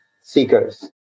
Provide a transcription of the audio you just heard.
seekers